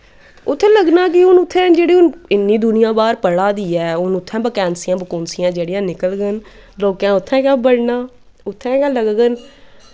उत्थै लग्गना केह् हून उत्थें जेह्ड़े इन्नी दुनियां बाह्र पढ़ा दी ऐ हून उत्थें जेह्ड़ियां बकैंसियां बकुंसियां जेह्ड़ियां निकलङन लोकें उत्थै गै बड़ना उत्थैं गै लगङन